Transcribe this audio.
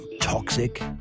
toxic